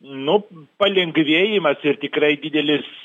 nu palengvėjimas ir tikrai didelis